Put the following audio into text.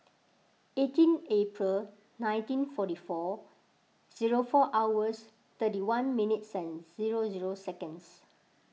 eighteen April nineteen forty four zero four hours thirty one minutes and zero zero seconds